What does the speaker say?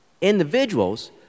Individuals